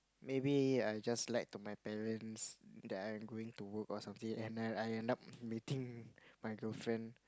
maybe I just lied to my parents that I'm going to work or something and I I end up meeting my girlfriend